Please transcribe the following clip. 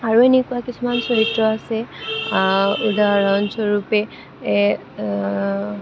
আৰু এনেকুৱা কিছুমান চৰিত্ৰ আছে উদাহৰণস্বৰূপে এ